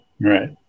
Right